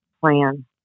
plan